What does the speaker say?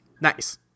Nice